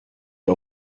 wir